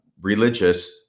religious